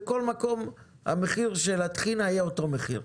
בכל מקום, מחיר הטחינה יהיה אותו מחיר.